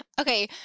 Okay